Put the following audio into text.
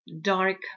dark